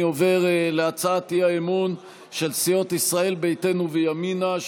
אני עובר להצעת האי-אמון של סיעות ישראל ביתנו וימינה,